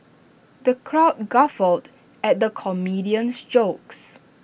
the crowd guffawed at the comedian's jokes